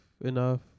enough